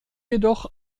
jedoch